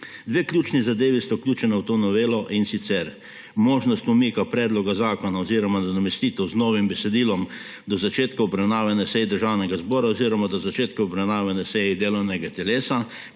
Dve ključni zadevi sta vključeni v to novelo, in sicer možnost umika predloga zakona oziroma nadomestitev z novim besedilom do začetka obravnave na seji Državnega zbora oziroma do začetka obravnave na seji delovnega telesa,